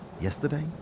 yesterday